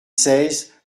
seize